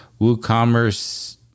WooCommerce